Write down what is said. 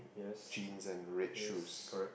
jeans and red shoes